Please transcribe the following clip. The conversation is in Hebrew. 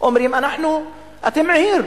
אמרו לנו: אתם עיר,